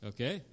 Okay